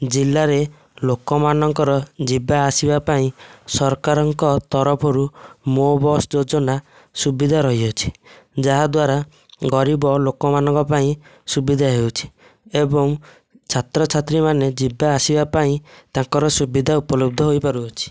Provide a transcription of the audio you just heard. ଜିଲ୍ଲାରେ ଲୋକମାନଙ୍କର ଯିବା ଆସିବା ପାଇଁ ସରକାରଙ୍କ ତରଫରୁ ମୋ' ବସ୍ ଯୋଜନା ସୁବିଧା ରହିଅଛି ଯାହାଦ୍ୱାରା ଗରିବ ଲୋକମାନଙ୍କ ପାଇଁ ସୁବିଧା ହେଉଛି ଏବଂ ଛାତ୍ରଛାତ୍ରୀମାନେ ଯିବା ଆସିବା ପାଇଁ ତାଙ୍କର ସୁବିଧା ଉପଲବ୍ଧ ହୋଇପାରୁଅଛି